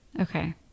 Okay